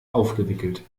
aufgewickelt